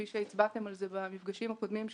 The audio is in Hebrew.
כפי שהצבעתם על זה במפגשים הקודמים שלכם,